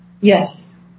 Yes